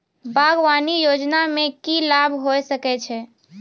बागवानी योजना मे की लाभ होय सके छै?